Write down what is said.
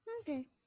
Okay